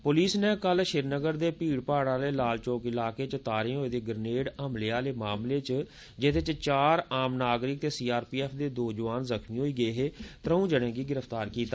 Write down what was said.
पुलसै कल श्रीनगर दे भीड़ भाड़ आले लाल चौक इलाके च तारें होए दे ग्रनेड हमले आले मामले च जेदे च चार आम नागरिक ते सीआरपीएफ दे दो जोआन घायल होई गे हे त्र'ऊं जने गी गिरफ्तार कीता